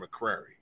McCrary